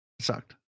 sucked